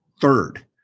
Third